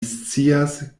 scias